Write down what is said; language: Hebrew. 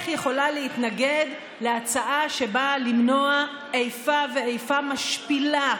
יכולה להתנגד להצעה שבאה למנוע איפה ואיפה משפילה,